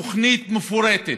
תוכנית מפורטת,